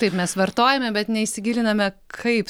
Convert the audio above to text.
taip mes vartojame bet neįsigiliname kaip